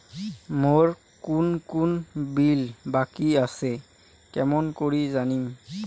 মোর কুন কুন বিল বাকি আসে কেমন করি জানিম?